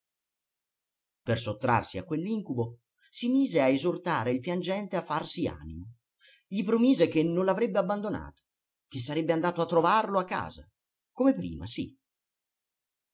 per sottrarsi a quell'incubo si mise a esortare il piangente a farsi animo gli promise che non l'avrebbe abbandonato che sarebbe andato a trovarlo a casa come prima sì